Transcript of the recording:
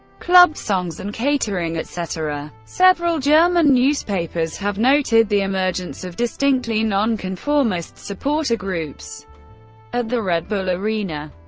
club songs and catering, etc. several german newspapers have noted the emergence of distinctly nonconformist supporter groups at the red bull arena.